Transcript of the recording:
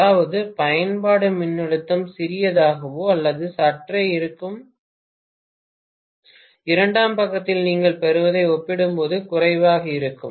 அதாவது பயன்பாட்டு மின்னழுத்தம் சிறியதாகவோ அல்லது சற்றே இருக்கும் இரண்டாம் பக்கத்தில் நீங்கள் பெறுவதை ஒப்பிடும்போது குறைவாக இருக்கும்